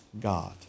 God